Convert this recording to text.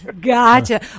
gotcha